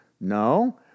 no